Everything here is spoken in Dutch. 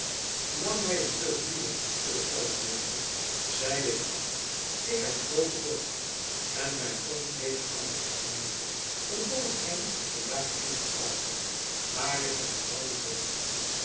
lang mij een teug bier broeder keldermeester zeide de abt ik heb grooten dorst en mijn tong kleeft aan t verhemelte van al hetgeen ik vandaag heb moeten praten waar is de gevangen ridder